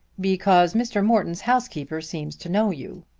because mr. morton's housekeeper seems to know you.